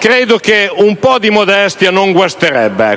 Credo che un po' di modestia non guasterebbe.